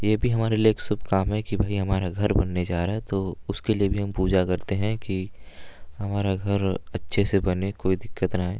ये भी हमारे लिए एक शुभ काम है कि भई हमारा घर बनने जा रहा है तो उसके लिए भी हम पूजा करते हैं कि हमारा घर अच्छे से बने कोई दिक्कत ना आए